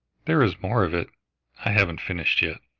there is more of it i haven't finished yet.